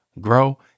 grow